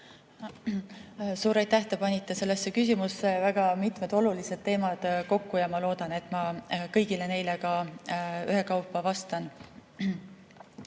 Suur aitäh! Te panite sellesse küsimusse väga mitmed olulised teemad kokku ja ma püüan kõigile neile ka ühekaupa vastata.